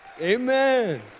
Amen